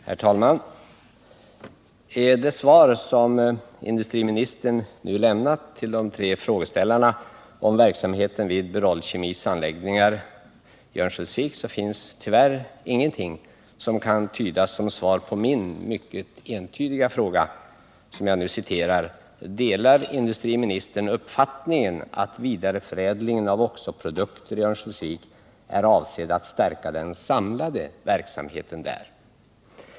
Herr talman! I det svar som industriministern nu lämnat till oss tre frågeställare om verksamheten vid Berol Kemis anläggningar i Örnsköldsvik finns tyvärr ingenting som kan tydas som svar på min mycket entydiga fråga om industriministern delar uppfattningen att vidareförädlingen av oxoprodukter i Örnsköldsvik är avsedd att stärka den samlade verksamheten där.